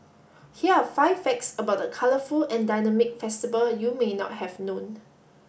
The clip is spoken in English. here are five facts about the colourful and dynamic festival you may not have known